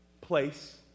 place